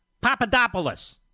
Papadopoulos